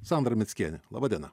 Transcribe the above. sandra mickienė laba diena